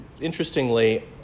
interestingly